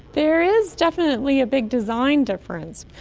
there is definitely a big design difference.